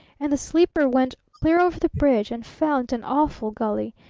and the sleeper went clear over the bridge? and fell into an awful gully?